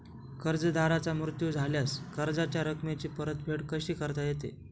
कर्जदाराचा मृत्यू झाल्यास कर्जाच्या रकमेची परतफेड कशी करता येते?